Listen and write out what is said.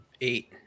Eight